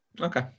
Okay